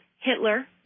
Hitler